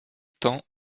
temps